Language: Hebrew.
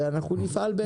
אנחנו נפעל בהתאם.